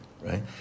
right